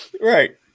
right